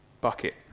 bucket